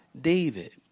David